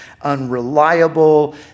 unreliable